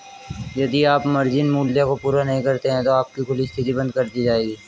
यदि आप मार्जिन मूल्य को पूरा नहीं करते हैं तो आपकी खुली स्थिति बंद कर दी जाएगी